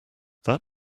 that